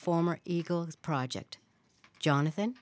former eagles project jonathan